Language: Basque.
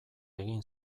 egin